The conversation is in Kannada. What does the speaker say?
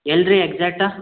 ಎಲ್ರಿ ಎಕ್ಸಾಕ್ಟ್